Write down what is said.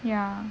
ya